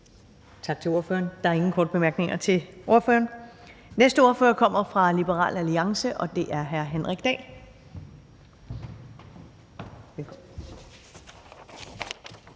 Tak til ordføreren. Der er ingen korte bemærkninger til ordføreren. Næste ordfører kommer fra Liberal Alliance, og det er hr. Henrik Dahl.